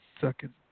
second